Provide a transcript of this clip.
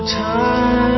time